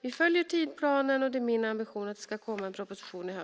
Vi följer tidsplanen, och det är min ambition att det ska komma en proposition i höst.